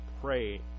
pray